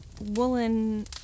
woolen